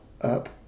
up